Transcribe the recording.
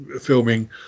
filming